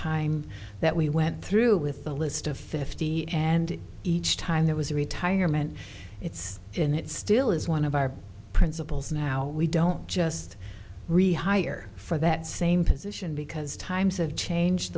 time that we went through with the list of fifty and each time there was a retirement it's in it still is one of our principles now we don't just rehired for that same position because times have changed